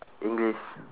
english